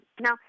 Now